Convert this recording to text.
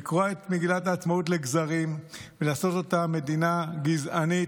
לקרוע את מגילת העצמאות לגזרים ולעשות אותה מדינה גזענית,